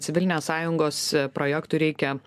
civilinės sąjungos projektui reikia